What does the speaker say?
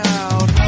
out